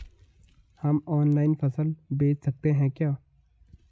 हम ऑनलाइन फसल बेच सकते हैं क्या?